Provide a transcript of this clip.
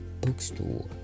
bookstore